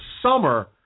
summer